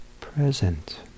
present